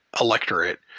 electorate